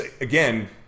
again